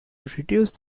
reduce